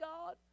God